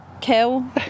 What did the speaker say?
Kill